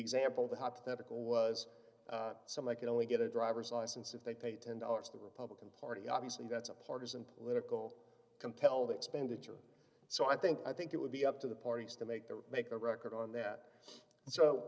example of the hypothetical was some i could only get a drivers license if they paid ten dollars to the republican party obviously that's a partisan political compelled expenditure so i think i think it would be up to the parties to make their make a record on that s